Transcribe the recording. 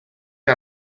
que